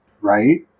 right